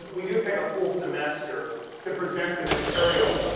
we do take a full semester to present the material.